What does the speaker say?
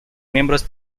miembros